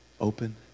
Open